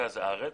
מרכז הארץ.